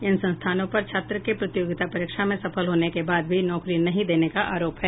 इन संस्थानों पर छात्र के प्रतियोगिता परीक्षा में सफल होने के बाद भी नौकरी नहीं देने का आरोप है